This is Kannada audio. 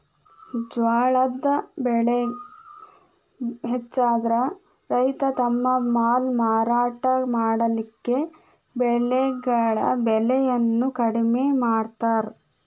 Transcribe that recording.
ಜ್ವಾಳದ್ ಬೆಳೆ ಹೆಚ್ಚಾದ್ರ ರೈತ ತಮ್ಮ ಮಾಲ್ ಮಾರಾಟ ಮಾಡಲಿಕ್ಕೆ ಬೆಳೆಗಳ ಬೆಲೆಯನ್ನು ಕಡಿಮೆ ಮಾಡತಾರ್